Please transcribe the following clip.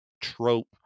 trope